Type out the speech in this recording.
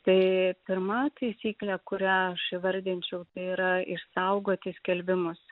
tai pirma taisyklė kurią aš įvardinčiau tai yra išsaugoti skelbimus